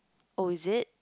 oh is it